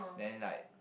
then like